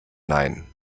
nein